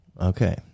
Okay